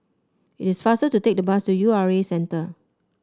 it is faster to take the bus to U R A Centre